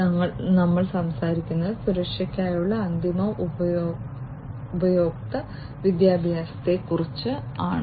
ഞങ്ങൾ സംസാരിക്കുന്നത് സുരക്ഷയ്ക്കായുള്ള അന്തിമ ഉപയോക്തൃ വിദ്യാഭ്യാസത്തെക്കുറിച്ചാണ്